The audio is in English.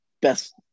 Best